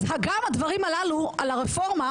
אז אגב הדברים הללו על הרפורמה,